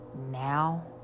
now